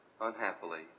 unhappily